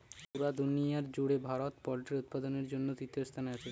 পুরা দুনিয়ার জুড়ে ভারত পোল্ট্রি উৎপাদনের জন্যে তৃতীয় স্থানে আছে